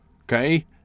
Okay